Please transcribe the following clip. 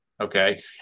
okay